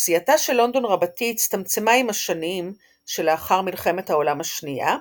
אוכלוסייתה של לונדון רבתי הצטמצמה עם השנים שלאחר מלחמת העולם השנייה,